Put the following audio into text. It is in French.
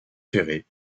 ferrées